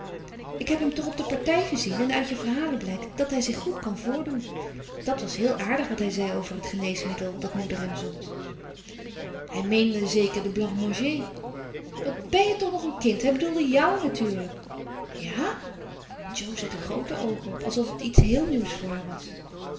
ik heb hem toch op de partij gezien en uit je verhalen blijkt dat hij zich goed kan voordoen dat was heel aardig wat hij zei over het geneesmiddel dat moeder hem zond hij meende zeker den blanc manger wat bén je toch nog een kind hij bedoelde jou natuurlijk ja en jo zette groote oogen op alsof het iets heel nieuw voor haar was